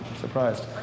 surprised